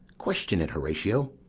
question it, horatio.